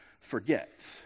forget